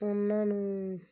ਉਹਨਾਂ ਨੂੰ